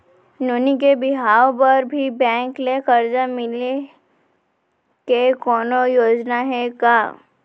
नोनी के बिहाव बर भी बैंक ले करजा मिले के कोनो योजना हे का?